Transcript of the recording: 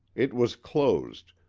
it was closed,